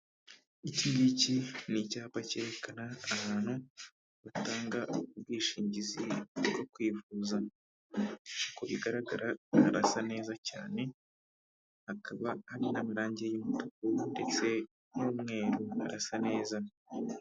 Iki ngiki ni icyapa cyerekana ahantu batanga ubwishingizi bwo kwivuza, uko bigara harasa neza cyane, hakaba hari n'amarange y'umutuku ndetse n'umweru, asa neza.